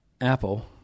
apple